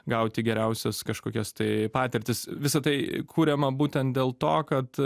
gauti geriausias kažkokias tai patirtis visa tai kuriama būtent dėl to kad